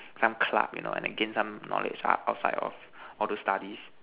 some club you know and then gain some knowledge ah outside of all those studies